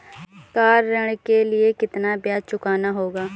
Car ऋण के लिए कितना ब्याज चुकाना होगा?